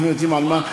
אנחנו יודעים על מה,